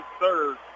third